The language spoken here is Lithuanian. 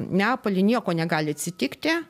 neapoly nieko negali atsitikti